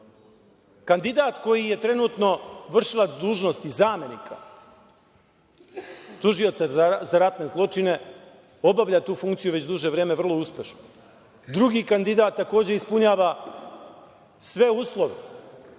Kandidat koji je trenutno vršilac dužnosti zamenika tužioca za ratne zločine obavlja tu funkciju već duže vreme vrlo uspešno. Drugi kandidat takođe ispunjava sve uslove.